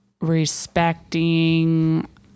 respecting